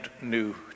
new